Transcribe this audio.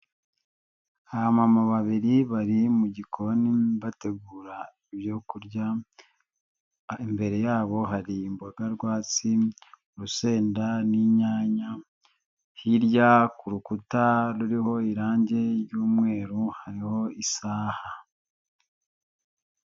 Aba mama babiri bari mu gikoni bategura ibyo kurya, imbere yabo hari imboga rwatsi, urusenda n'inyanya hirya ku rukuta ruriho irangi ry'umweru hariho isaha.